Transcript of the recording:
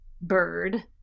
bird